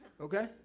Okay